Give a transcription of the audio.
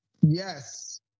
Yes